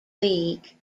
league